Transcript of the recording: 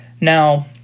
Now